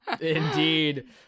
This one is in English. indeed